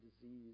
disease